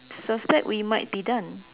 suspect we might be done